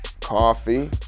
coffee